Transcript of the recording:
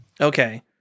Okay